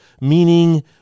meaning